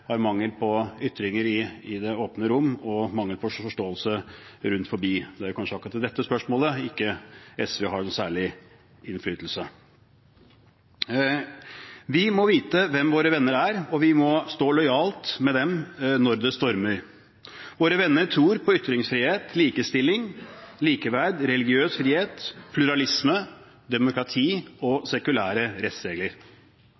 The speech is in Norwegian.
og at de mangler forståelse for det. Det er kanskje akkurat i dette spørsmålet SV ikke har noen særlig innflytelse. Vi må vite hvem som er våre venner, og vi må stå lojalt ved dem når det stormer. Våre venner tror på ytringsfrihet, likestilling, likeverd, religiøs frihet, pluralisme, demokrati og sekulære rettsregler.